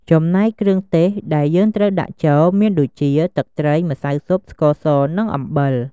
ចំណែកគ្រឿងទេសដែលយើងត្រូវដាក់ចូល មានដូចជា ទឹកត្រី ម្សៅស៊ុប ស្ករស និងអំបិល។